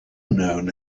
known